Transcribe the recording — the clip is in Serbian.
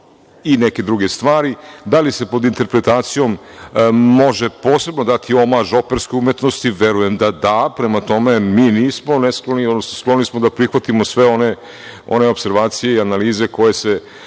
i neke druge stvari. Da li se pod interpretacijom može posebno dati omaž operskoj umetnosti, verujem da da. Prema tome, mi nismo neskloni, skloni smo da prihvatimo sve one opservacije i analize koje se